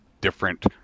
different